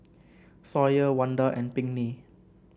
Sawyer Wanda and Pinkney